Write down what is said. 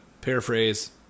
Paraphrase